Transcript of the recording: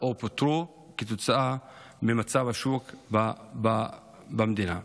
או פוטרו כתוצאה ממצב השוק במדינה.